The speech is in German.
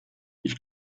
ich